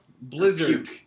Blizzard